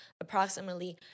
approximately